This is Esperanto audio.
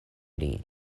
pri